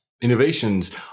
innovations